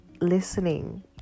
listening